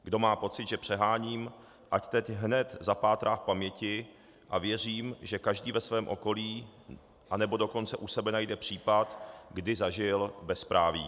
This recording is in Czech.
Kdo má pocit, že přeháním, ať teď hned zapátrá v paměti, a věřím, že každý ve svém okolí nebo dokonce u sebe najde případ, kdy zažil bezpráví.